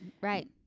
Right